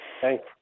Thanks